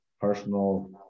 personal